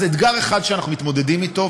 אז אתגר אחד שאנחנו מתמודדים אתו,